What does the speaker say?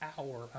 hour